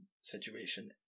situation